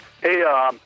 Hey